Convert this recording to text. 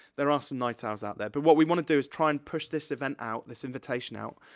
there are some night owls out there, but what we wanna do is try and push this event out, this invitation out,